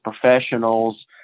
professionals